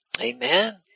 Amen